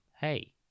hey